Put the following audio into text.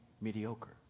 mediocre